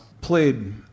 played